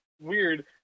weird